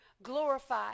glorify